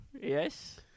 yes